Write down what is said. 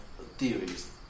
theories